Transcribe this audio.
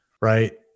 right